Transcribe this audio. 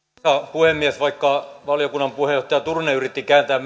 puhemies vaikka valiokunnan puheenjohtaja turunen yritti kääntää